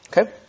Okay